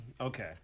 okay